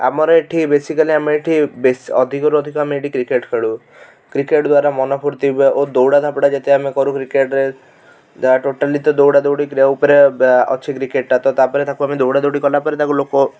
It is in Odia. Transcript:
ଆମର ଏଠି ବେସିକାଲି ଆମେ ଏଠି ବେସ୍ ଅଧିକ ରୁ ଅଧିକ ଆମେ ଏଠି କ୍ରିକେଟ ଖେଳୁ କ୍ରିକେଟ ଦ୍ଵାରା ମନ ଫୁର୍ତି ହୁଏ ଓ ଦୌଡ଼ା ଧାପଡ଼ା ଯେତେ ଆମେ କରୁ କ୍ରିକେଟ ରେ ଟୋଟାଲି ତ ଦୌଡ଼ା ଦୌଡ଼ି ଉପରେ ବା ଅଛି କ୍ରିକେଟ ଟା ତ ତାପରେ ତାକୁ ଆମେ ଦୌଡ଼ା ଦୌଡ଼ି କଲା ପରେ ତାକୁ ଲୋକ